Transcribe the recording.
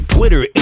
Twitter